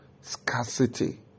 Scarcity